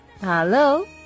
Hello